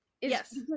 Yes